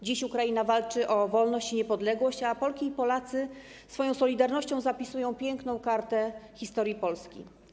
Dziś Ukraina walczy o wolność i niepodległość, a Polki i Polacy swoją solidarnością zapisują piękną kartę w historii Polski.